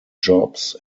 jobs